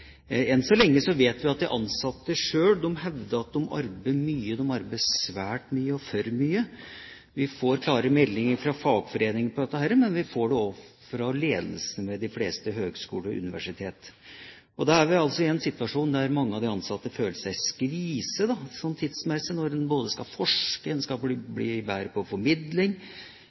så lenge vet vi at de ansatte sjøl hevder at de arbeider mye – de arbeider svært mye og for mye. Vi får klare meldinger fra fagforeningene om dette, men vi får det også fra ledelsen ved de fleste høgskoler og universiteter. Da er vi altså i en situasjon der mange av de ansatte føler seg skviset tidsmessig, når en skal forske, en skal bli bedre på formidling,